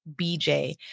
BJ